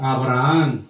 Abraham